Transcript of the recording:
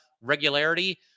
regularity